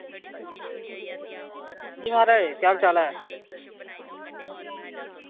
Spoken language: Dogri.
अंजी म्हाराज केह् हाल चाल ऐ